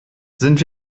sind